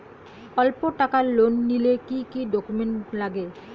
অল্প টাকার লোন নিলে কি কি ডকুমেন্ট লাগে?